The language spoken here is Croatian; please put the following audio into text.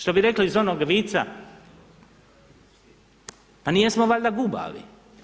Što bi rekli iz onog vica pa nijesmo valjda gubavi?